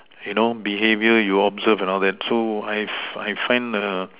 you know behaviour you observe and all that so I have I find uh